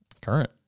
current